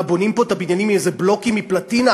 מה, בונים פה את הבניינים מאיזה בלוקים מפלטינה?